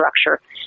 structure